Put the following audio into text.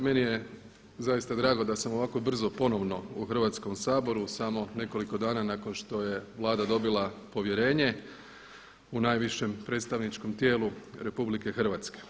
Meni je zaista drago da sam ovako brzo ponovno u Hrvatskom saboru samo nekoliko dana nakon što je Vlada dobila povjerenje u najvišem predstavničkom tijelu Republike Hrvatske.